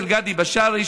של גדי בשארי,